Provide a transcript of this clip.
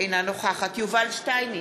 אינה נוכחת יובל שטייניץ,